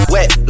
Wet